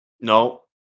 No